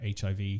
HIV